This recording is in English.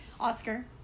Oscar